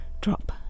drop